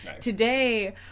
Today